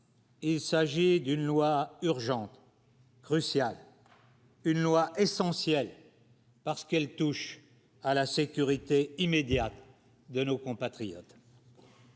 il s'agit d'une loi urgente. Crucial. Une loi essentielle parce qu'elle touche à la sécurité immédiate de nos compatriotes.